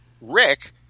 Rick